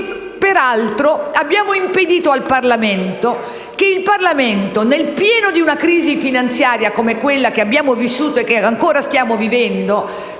Peraltro, abbiamo impedito al Parlamento di intervenire nel pieno di una crisi finanziaria come quella che abbiamo vissuto e che stiamo vivendo